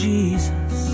Jesus